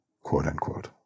quote-unquote